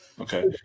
okay